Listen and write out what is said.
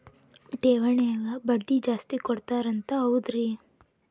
ಠೇವಣಿಗ ಬಡ್ಡಿ ಜಾಸ್ತಿ ಕೊಡ್ತಾರಂತ ಹೌದ್ರಿ?